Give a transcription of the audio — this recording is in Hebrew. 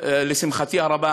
לשמחתי הרבה,